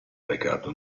recato